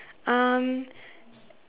um